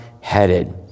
headed